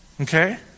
Okay